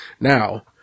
now